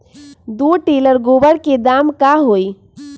दो टेलर गोबर के दाम का होई?